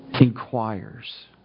inquires